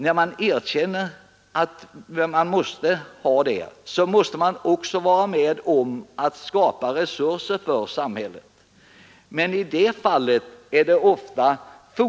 När man erkänner det måste man vara med om att skapa resurser för samhället. Fortfarande är det ofta så